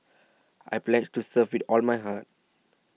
I pledge to serve with all my heart